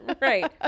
right